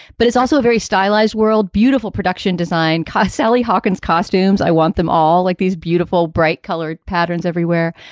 but it's also a very stylized world, beautiful production design car, sally hawkins costumes. i want them all like these beautiful, bright colored patterns everywhere.